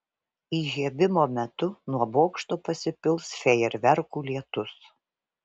įžiebimo metu nuo bokšto pasipils fejerverkų lietus